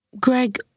Greg